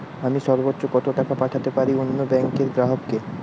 আমি সর্বোচ্চ কতো টাকা পাঠাতে পারি অন্য ব্যাংকের গ্রাহক কে?